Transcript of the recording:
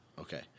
Okay